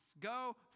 Go